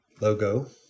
Logo